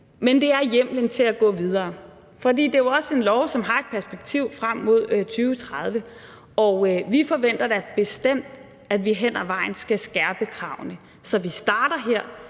– er hjemmelen til at gå videre. For det er jo også en lov, som har et perspektiv frem mod 2030, og vi forventer da bestemt, at vi hen ad vejen skal skærpe kravene. Så vi starter her,